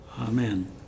amen